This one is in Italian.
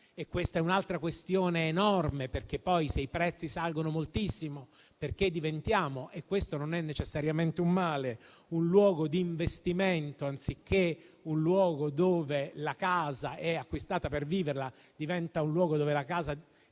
Questa è un'altra questione enorme. I prezzi salgono moltissimo perché diventiamo (questo non è necessariamente un male) un luogo di investimento, anziché un luogo dove la casa è acquistata per viverla; la città diventa un luogo in cui la casa